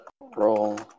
Roll